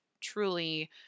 truly